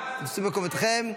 שבו במקומותיכם.